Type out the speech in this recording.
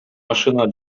машина